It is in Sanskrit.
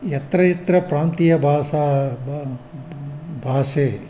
यत्र यत्र प्रान्तीय भाषा भा भाषे